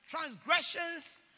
transgressions